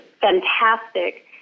fantastic